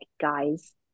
guys